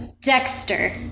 Dexter